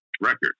records